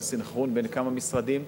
זה סנכרון בין כמה משרדים.